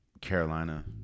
Carolina